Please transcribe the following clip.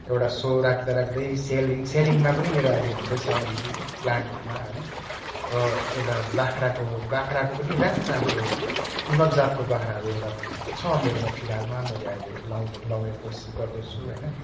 एउटा सो राख्दा राख्दै सेलिङ सेलिङमा पनि मेरो आहिले हुँदैछ आलिकति प्लान्टहरूमा होइन र एउटा बाख्राको बाख्राको पनि राम्रो राम्रो उन्नत जातको बाख्राहरू एउटा छ मेरोमा फिलहालमा मैले अहिले लाउने लाउने कोसिस गर्दै छु होइन